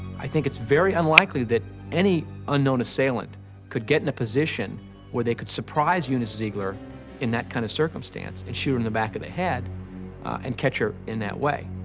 i think it's very unlikely that any unknown assailant could get in a position where they could surprise eunice zeigler in that kind of circumstance and shoot her in the back of the head and catch her in that way.